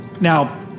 Now